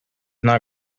not